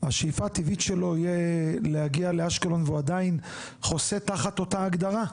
השאיפה הטבעית שלו תהיה להגיע לאשקלון והוא עדיין חוסה תחת אותה הגדרה?